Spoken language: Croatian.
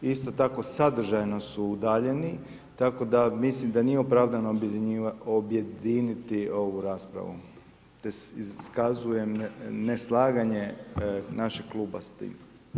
Isto tako, sadržajno su udaljeni, tako da mislim da nije opravdano objediniti ovu raspravu, te iskazujem neslaganje našeg kluba s tim.